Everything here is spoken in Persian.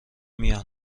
میان